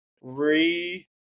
Re